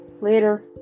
Later